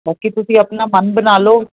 ਬਾਕੀ ਤੁਸੀਂ ਆਪਣਾ ਮਨ ਬਣਾ ਲਓ